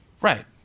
Right